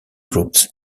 groups